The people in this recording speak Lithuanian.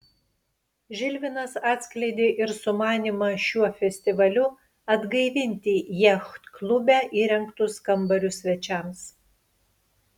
žilvinas atskleidė ir sumanymą šiuo festivaliu atgaivinti jachtklube įrengtus kambarius svečiams